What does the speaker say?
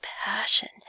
passion